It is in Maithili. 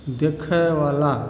देखयवला